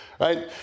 right